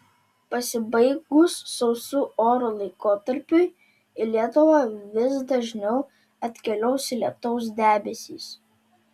pasibaigus sausų orų laikotarpiui į lietuvą vis dažniau atkeliaus lietaus debesys